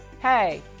hey